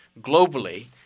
globally